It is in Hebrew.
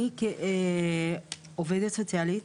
אני, כעובדת סוציאלית,